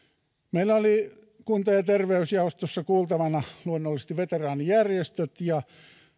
meillä oli kunta ja terveysjaostossa kuultavana luonnollisesti veteraanijärjestöt ja